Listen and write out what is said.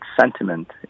sentiment